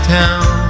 town